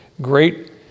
great